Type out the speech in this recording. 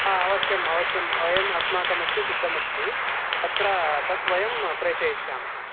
अवश्यम् अवश्यं वयम् अस्माकं हस्ते सिद्धमस्ति अत्र तद् वयं प्रेषयिष्यामः